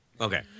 Okay